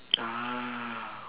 ah